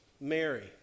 Mary